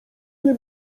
nie